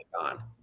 on